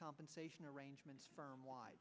compensation arrangements firm wide